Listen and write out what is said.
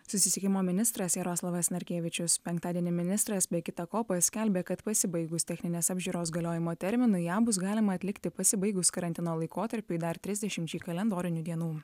susisiekimo ministras jaroslavas narkevičius penktadienį ministras be kita ko paskelbė kad pasibaigus techninės apžiūros galiojimo terminui ją bus galima atlikti pasibaigus karantino laikotarpiui dar trisdešimčiai kalendorinių dienų